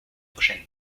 prochaine